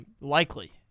Likely